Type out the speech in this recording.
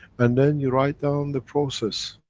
and then, you write down the process,